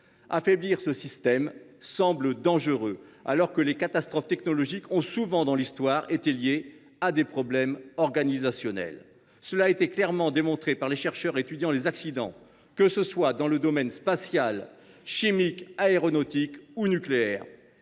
Affaiblir ce système semble dangereux, alors que les catastrophes technologiques ont souvent, dans l’histoire, été liées à des problèmes organisationnels – cela a été clairement démontré par les chercheurs étudiant les accidents, que ce soit dans le domaine spatial, chimique, aéronautique ou nucléaire.